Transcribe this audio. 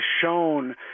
shown